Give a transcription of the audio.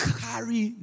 carry